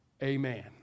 Amen